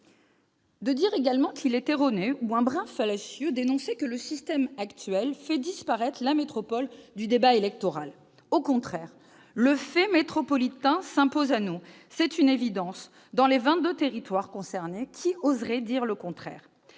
de dire qu'il est erroné, ou un brin fallacieux, d'affirmer que le système actuel fait disparaître la métropole du débat électoral. Au contraire, le fait métropolitain s'impose à nous : c'est une évidence dans les vingt-deux territoires concernés. Qui oserait prétendre le contraire ?